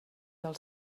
del